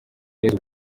yesu